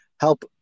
help